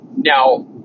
Now